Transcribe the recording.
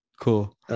cool